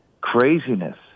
craziness